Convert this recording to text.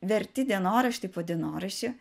verti dienoraštį po dienoraščio